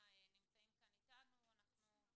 שלהם לא יודע אם הוא יכול לקחת את זה,